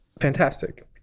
fantastic